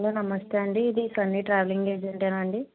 hello నమస్తే అండి ఇది సన్నీ ట్రావెలింగ్ ఏజెంటేనా అండి